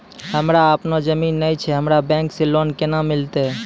हमरा आपनौ जमीन नैय छै हमरा बैंक से लोन केना मिलतै?